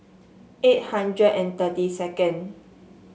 eight hundred and thirty second